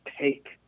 take